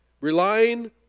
Relying